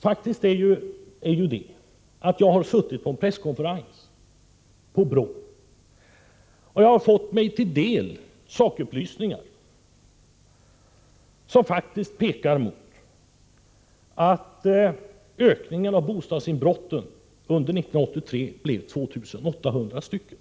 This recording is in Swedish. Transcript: Faktum är att jag har suttit på en presskonferens på BRÅ, och jag har fått mig till del sakupplysningar. Dessa pekar på att ökningen av bostadsinbrotten under 1983 blev 2 800 stycken.